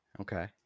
Okay